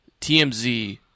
TMZ